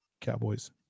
cowboys